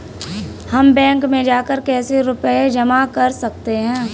हम बैंक में जाकर कैसे रुपया जमा कर सकते हैं?